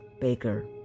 Baker